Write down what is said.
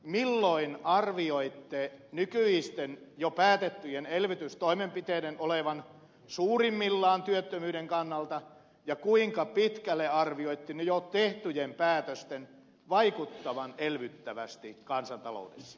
milloin arvioitte nykyisten jo päätettyjen elvytystoimenpiteiden olevan suurimmillaan työttömyyden kannalta ja kuinka pitkälle arvioitte jo tehtyjen päätösten vaikuttavan elvyttävästi kansantaloudessa